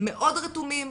מאוד רתומים,